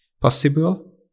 possible